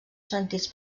sentits